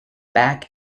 back